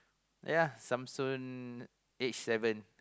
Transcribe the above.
ya some student age 7